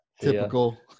Typical